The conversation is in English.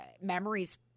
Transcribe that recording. memories